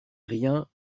rien